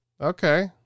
okay